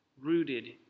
rooted